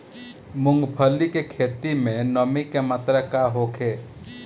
मूँगफली के खेत में नमी के मात्रा का होखे?